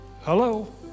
Hello